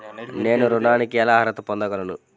నేను ఋణానికి ఎలా అర్హత పొందగలను?